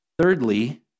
Thirdly